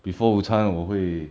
before 午餐我会